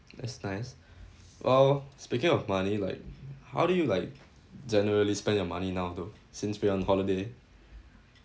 that's nice well speaking of money like how do you like generally spend your money now though since we are on holiday